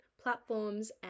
platforms